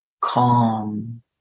calm